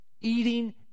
eating